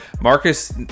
Marcus